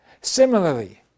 similarly